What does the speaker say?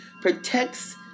protects